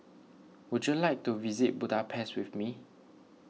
would you like to visit Budapest with me